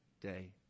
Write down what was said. day